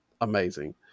amazing